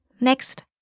Next